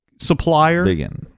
supplier